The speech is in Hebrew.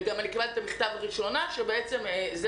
אני